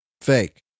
Fake